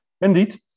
Indeed